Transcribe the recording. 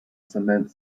cement